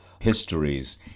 histories